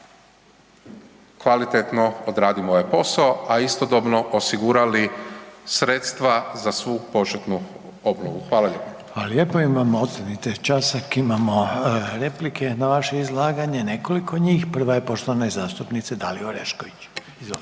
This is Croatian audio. kvalitetno odradimo ovaj posao, a istodobno osigurali sredstva za svu početnu obnovu. Hvala lijepo. **Reiner, Željko (HDZ)** Hvala lijepo. Imamo, ostanite časak, imamo replike na vaše izlaganje, nekoliko njih. Prva je poštovane zastupnice Dalije Orešković, izvolite.